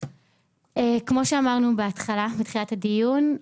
כמו שאמרנו בתחילת הדיון,